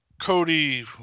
cody